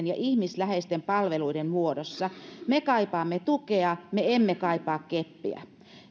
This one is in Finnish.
ja ihmisläheisten palveluiden muodossa me kaipaamme tukea me emme kaipaa keppiä